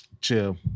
chill